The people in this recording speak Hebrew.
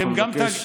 אני מבקש,